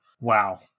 wow